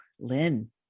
Lynn